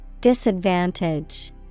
Disadvantage